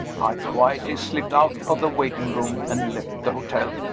i quietly slipped out of the waiting-room and left the hotel.